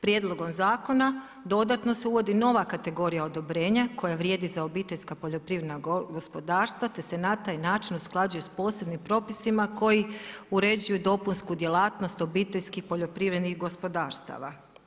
Prijedlogom zakona, dodatno se uvodi nova kategorija odobrenja, koja vrijedi za obiteljska poljoprivredna gospodarstva te se na taj način usklađuje sa posebnim propisima koji uređuju dopunsku djelatnost obiteljskih poljoprivrednih gospodarstava.